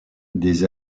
des